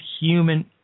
human